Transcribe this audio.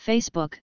Facebook